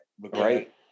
Right